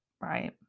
Right